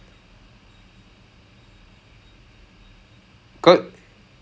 is I'm struggling in that department right now